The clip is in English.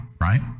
right